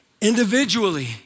individually